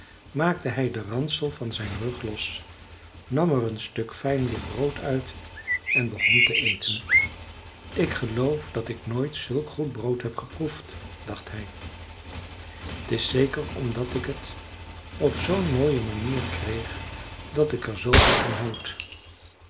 maakte hij den ransel van zijn rug los nam er een stuk fijn wit brood uit en begon te eten ik geloof dat ik nooit zulk goed brood heb geproefd dacht hij t is zeker omdat ik het op zoo'n mooie manier kreeg dat ik er zooveel van houd